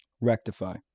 Rectify